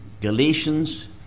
Galatians